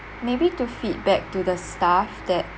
maybe to feedback to the staff that